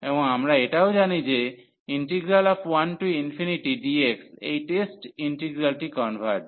এবং আমরা এটাও জানি যে 1 dx এই টেস্ট ইন্টিগ্রালটি কনভার্জ